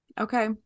Okay